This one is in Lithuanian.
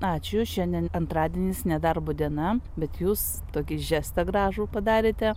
ačiū šiandien antradienis nedarbo diena bet jūs tokį žestą gražų padarėte